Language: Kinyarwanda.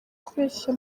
kubeshya